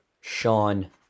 Sean